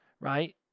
right